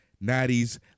Natty's